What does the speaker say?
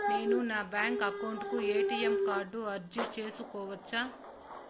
నేను నా bank account కు ఎ.టి.ఎం కార్డు అర్జీ సేసుకోవచ్చా?